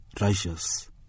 righteous